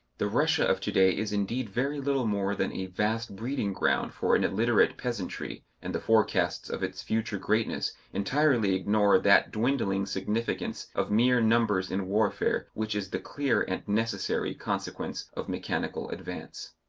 the russia of to-day is indeed very little more than a vast breeding-ground for an illiterate peasantry, and the forecasts of its future greatness entirely ignore that dwindling significance of mere numbers in warfare which is the clear and necessary consequence of mechanical advance.